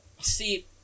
See